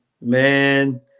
Man